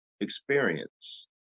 experience